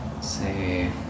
say